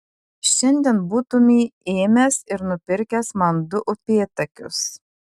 šiandien būtumei ėmęs ir nupirkęs man du upėtakius